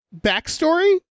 backstory